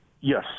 Yes